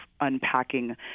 unpacking